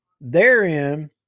therein